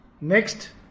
Next